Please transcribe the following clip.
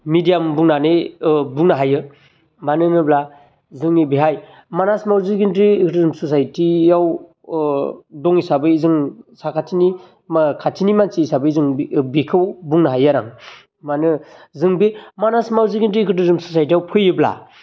medium बुंनानै बुंनो हायो मानो होनोब्ला जोंनि बेहाय मानास मावजिगेन्द्रि एकोदोजम सचाइटियाव अह बे हिसाबै जों साखाथिनि मा खाथिनि मासनि हिसाबै जों बेखौ बुंनो हायो आरो आं मानो जों बे मानास मावजिगेन्द्रि एकोदोजम सचाइटियाव फैयोब्ला